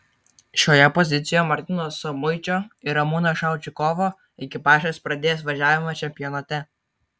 šioje pozicijoje martyno samuičio ir ramūno šaučikovo ekipažas ir pradės važiavimą čempionate